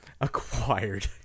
Acquired